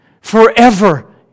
forever